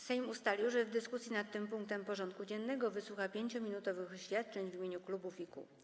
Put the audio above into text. Sejm ustalił, że w dyskusji nad tym punktem porządku dziennego wysłucha 5-minutowych oświadczeń w imieniu klubów i kół.